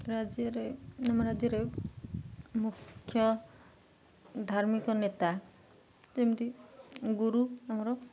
ରାଜ୍ୟରେ ଆମ ରାଜ୍ୟରେ ମୁଖ୍ୟ ଧାର୍ମିକ ନେତା ଯେମିତି ଗୁରୁ ଆମର